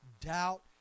doubt